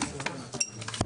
הישיבה ננעלה בשעה 12:01.